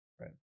right